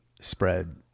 spread